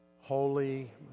Holy